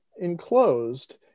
enclosed